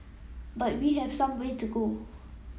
but we have some way to go